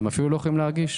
הם אפילו לא יכולים להרגיש.